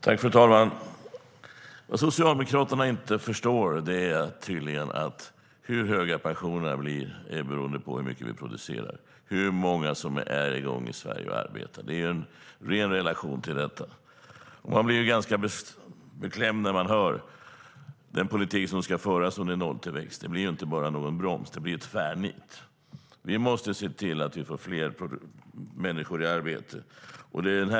Fru talman! Vad Socialdemokraterna tydligen inte förstår är att hur höga pensionerna blir är beroende av hur mycket vi producerar och hur många som är i gång och arbetar i Sverige. Det är i ren relation till detta. Man blir ganska beklämd när man hör om den politik som ska föras under en nolltillväxt. Det blir inte bara en inbromsning; det blir en tvärnit. Vi måste se till att vi får fler människor i arbete.